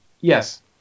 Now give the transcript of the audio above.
yes